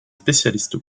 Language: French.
spécialistes